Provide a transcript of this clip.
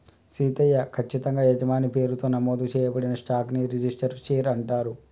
సీతయ్య, కచ్చితంగా యజమాని పేరుతో నమోదు చేయబడిన స్టాక్ ని రిజిస్టరు షేర్ అంటారు